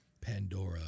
Pandora